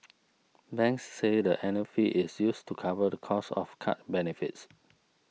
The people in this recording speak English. banks said the annual fee is used to cover the cost of card benefits